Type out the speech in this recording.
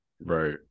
Right